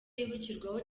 yibukirwaho